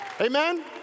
Amen